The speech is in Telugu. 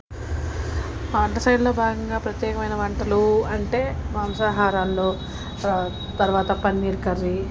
వంటశైలిలో భాగంగా ప్రత్యేకమైన వంటలు అంటే మాంసాహారాల్లో తర్వాత పన్నీర్ కర్రీ